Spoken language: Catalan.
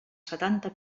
setanta